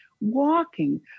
walking